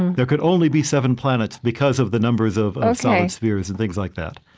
there could only be seven planets because of the numbers of of so spheres and things like that.